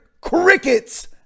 Crickets